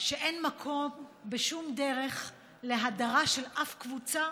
שאין מקום בשום דרך להדרה של אף קבוצה,